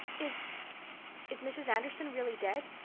is is mrs. anderson really dead?